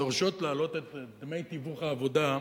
דורשות להעלות את דמי תיווך העבודה,